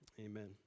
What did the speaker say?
Amen